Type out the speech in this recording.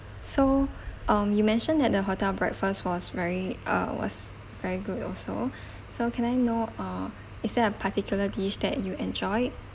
so um you mentioned that the hotel breakfast was very uh was very good also so can I know uh is there a particular dish that you enjoyed